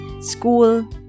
school